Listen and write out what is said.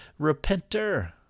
repenter